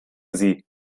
sie